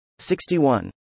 61